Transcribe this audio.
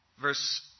verse